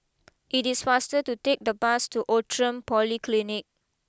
it is faster to take the bus to Outram Polyclinic